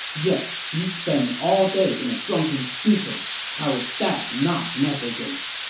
yet you spend all day in a drunken stupor. how is that not negligence!